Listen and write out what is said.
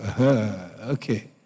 Okay